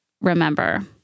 remember